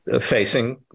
facing